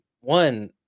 one